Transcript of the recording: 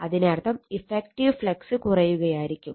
അതിനർത്ഥം effective flux കുറയുകയായിരിക്കും